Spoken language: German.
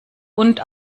und